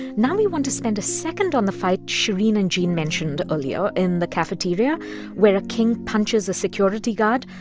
now, we want to spend a second on the fight shereen and gene mentioned earlier in the cafeteria where a king punches a security guard.